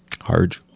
Hard